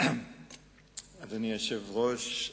אדוני היושב-ראש,